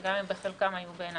גם אם בחלקם היו בעיני